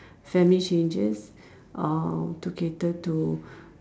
family changes uh to cater to